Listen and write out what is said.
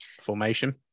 formation